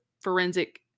forensic